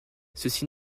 ceci